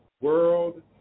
world